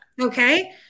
okay